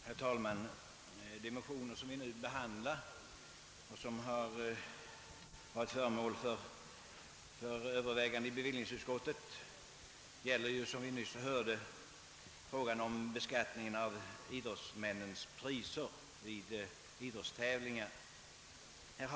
Herr talman! De motioner som behandlas i bevillningsutskottets förevarande betänkande gäller som vi nyss hörde frågan om beskattningen av idrottsmännens tävlingspriser.